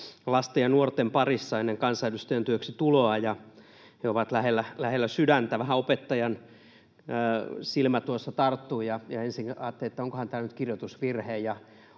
lasten ja nuorten parissa ennen kansanedustajan työhön tuloa, ja he ovat lähellä sydäntä. Vähän opettajan silmä tuossa tarttuu tähän: ensin ajattelin, onkohan tämä nyt kirjoitusvirhe,